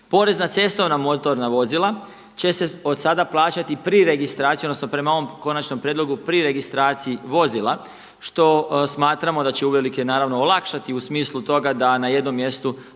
Porez na cestovna motorna vozila će se od sada plaćati pri registraciji odnosno prema ovom konačnom prijedlogu pri registraciji vozila što smatramo da će uvelike naravno olakšati u smislu toga da na jednom mjestu